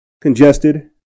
congested